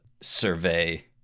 survey